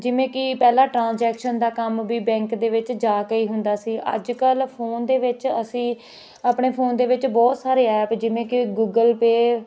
ਜਿਵੇਂ ਕਿ ਪਹਿਲਾਂ ਟਰਾਂਜੈਕਸ਼ਨ ਦਾ ਕੰਮ ਵੀ ਬੈਂਕ ਦੇ ਵਿੱਚ ਜਾ ਕੇ ਹੀ ਹੁੰਦਾ ਸੀ ਅੱਜ ਕੱਲ੍ਹ ਫੋਨ ਦੇ ਵਿੱਚ ਅਸੀਂ ਆਪਣੇ ਫੋਨ ਦੇ ਵਿੱਚ ਬਹੁਤ ਸਾਰੇ ਐਪ ਜਿਵੇਂ ਕਿ ਗੂਗਲ ਪੇ